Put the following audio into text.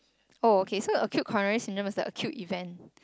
oh okay so acute coronary syndrome is a acute event